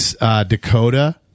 Dakota